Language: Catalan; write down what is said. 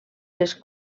les